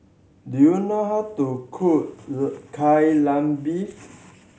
do you know how to cook Kai Lan Beef